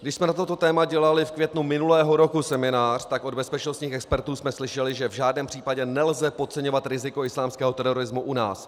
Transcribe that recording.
Když jsme na toto téma dělali v květnu minulého roku seminář, tak od bezpečnostních expertů jsme slyšeli, že v žádném případě nelze podceňovat riziko islámského terorismu u nás.